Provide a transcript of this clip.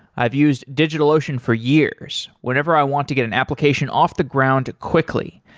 i've used digitalocean for years, whenever i want to get an application off the ground quickly.